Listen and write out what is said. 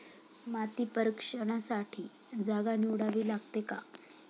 माती परीक्षणासाठी जागा निवडावी लागते का?